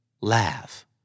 Laugh